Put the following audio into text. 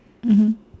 mmhmm